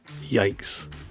Yikes